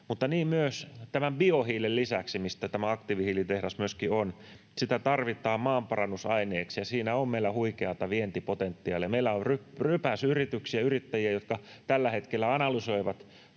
mutta myös tämän biohiilen lisäksi, mistä tämä aktiivihiilitehdas myöskin on. Sitä tarvitaan maanparannusaineeksi, ja siinä on meillä huikeata vientipotentiaalia. Meillä on rypäs yrityksiä, yrittäjiä, jotka tällä hetkellä analysoivat